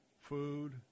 food